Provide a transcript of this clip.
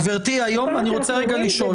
גברתי, אני רוצה רגע לשאול.